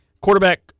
quarterback